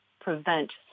prevent